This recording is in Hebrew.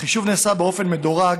החישוב נעשה באופן מדורג,